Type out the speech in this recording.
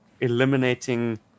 eliminating